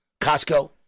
Costco